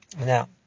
Now